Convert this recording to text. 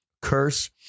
curse